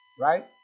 right